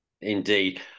Indeed